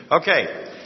Okay